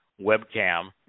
webcam